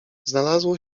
znalazło